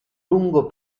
lungo